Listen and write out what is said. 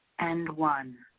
and one.